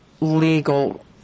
legal